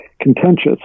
contentious